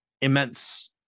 immense